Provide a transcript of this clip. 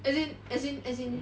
as in as in as in